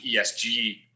ESG